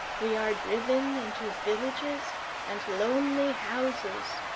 we are driven into villages and lonely houses,